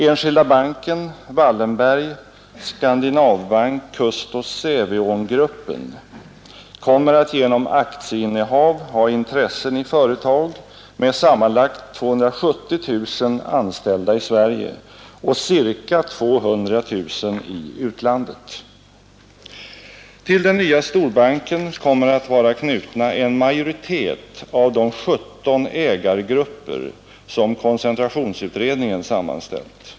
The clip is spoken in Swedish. Enskilda banken—Wallenberg—Skandinavbanken—Custos/Säfveångruppen kommer att genom aktieinnehav ha intressen i företag med sammanlagt 270 000 anställda i Sverige och ca 200 000 i utlandet. Till den nya storbanken kommer att vara knuten en majoritet av de 17 ägargrupper som koncentrationsutredningen sammanställt.